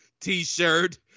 T-shirt